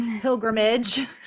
pilgrimage